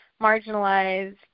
marginalized